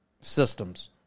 systems